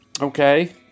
okay